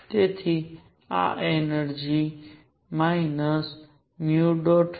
તેથી આ એનર્જિ